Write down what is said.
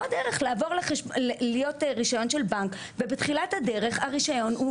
או דרך להיות רישיון של בנק ובתחילת הדרך הרישיון הוא